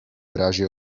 razie